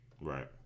Right